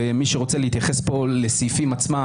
מי שרוצה להתייחס פה לסעיפים עצמם,